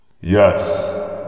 Yes